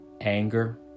anger